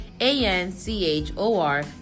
A-N-C-H-O-R